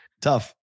tough